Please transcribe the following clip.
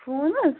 phone حظ